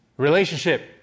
relationship